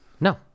No